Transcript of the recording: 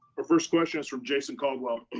first question is from jason caldwell.